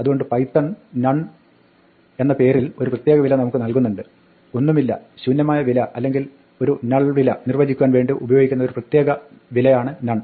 അതുകൊണ്ട് Python none None capital N ഉപയോഗിക്കുക എന്ന പേരിൽ ഒരു പ്രത്യേക വില നമുക്ക് നൽകുന്നുണ്ട് ഒന്നുമില്ല ശൂന്യമായ വില അല്ലെങ്കിൽ ഒരു നൾ വില നിർവ്വചിക്കുവാൻ വേണ്ടി ഉപയോഗിക്കുന്ന ഒരു പ്രത്യേക വിലയാണ് നൺ